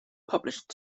published